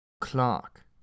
Clark